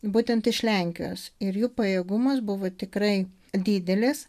būtent iš lenkijos ir jų pajėgumas buvo tikrai didelis